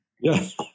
Yes